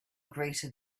greeted